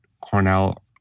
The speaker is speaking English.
Cornell